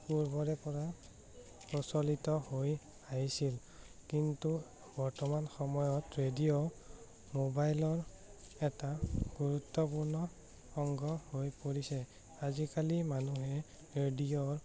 পূৰ্বৰে পৰা প্ৰচলিত হৈ আহিছিল কিন্তু বৰ্তমান সময়ত ৰেডিঅ' মোবাইলৰ এটা গুৰুত্বপূৰ্ণ অংগ হৈ পৰিছে আজিকালি মানুহে ৰেডিঅ'ৰ